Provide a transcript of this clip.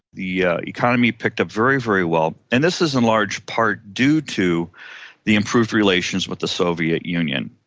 the yeah economy picked up very, very well. and this is in large part due to the improved relations with the soviet union.